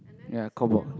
ya corkboard